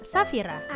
Safira